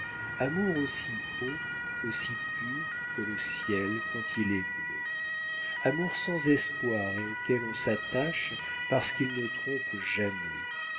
amour aussi haut aussi pur que le ciel quand il est bleu amour sans espoir et auquel on s'attache parce qu'il ne trompe jamais